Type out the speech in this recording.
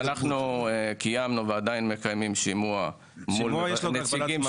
אנחנו קיימנו ועדיין מקיימים שימוע מול נציגים